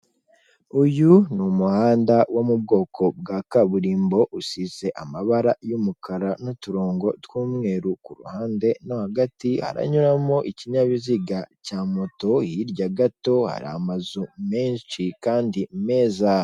Uyu ni umuhanda wo mu bwoko bwa kaburimbo usize amabara y'umukara n'uturongo tw'umweru ku ruhande no hagati haranyuramo ikinyabiziga cya moto, hirya gato hari amazu menshi kandi meza.